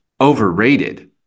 overrated